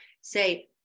say